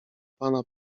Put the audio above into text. pana